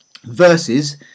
versus